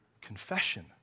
confession